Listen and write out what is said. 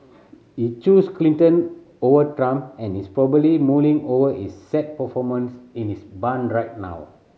he chose Clinton over Trump and is probably mulling over his sad performance in his barn right now